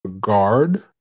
guard